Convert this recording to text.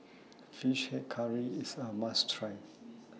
Fish Head Curry IS A must Try